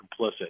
complicit